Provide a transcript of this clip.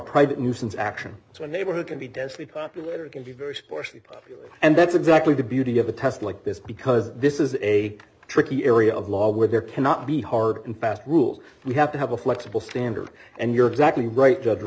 private nuisance action so a neighborhood can be densely populated it can be very sparsely and that's exactly the beauty of a test like this because this is a tricky area of law where there cannot be hard and fast rules we have to have a flexible standard and you're exactly right